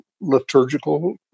liturgical